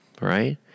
right